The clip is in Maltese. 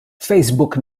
facebook